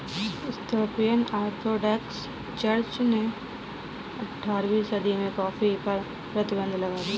Ethiopian Orthodox church ने अठारहवीं सदी में कॉफ़ी पर प्रतिबन्ध लगा दिया